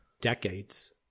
decades